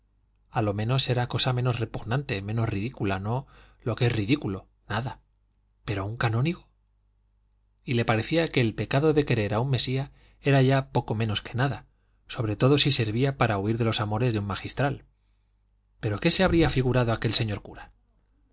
a lo menos era cosa menos repugnante menos ridícula no lo que es ridículo nada pero un canónigo y le parecía que el pecado de querer a un mesía era ya poco menos que nada sobre todo si servía para huir de los amores de un magistral pero qué se habría figurado aquel señor cura